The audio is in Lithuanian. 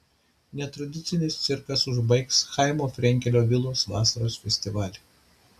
netradicinis cirkas užbaigs chaimo frenkelio vilos vasaros festivalį